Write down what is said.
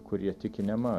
kurie tiki nema